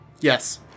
Yes